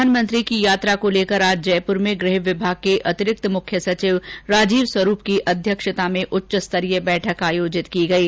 प्रधानमंत्री की यात्रा को लेकर आज जयपुर में गृह विभाग के अतिरिक्त मुख्य सचिव राजीव स्वरूप की अध्यक्षता में उच्च स्तरीय बैठक आयोजित की गयी